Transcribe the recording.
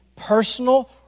personal